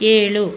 ಏಳು